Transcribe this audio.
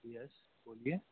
یس بولیے